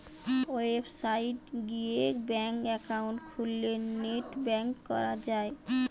website গিয়ে bank account খুললে net banking করা যায়